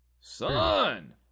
Son